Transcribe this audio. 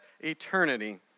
eternity